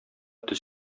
тез